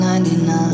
99